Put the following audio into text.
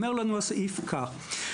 אומר לנו הסעיף כך,